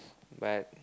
but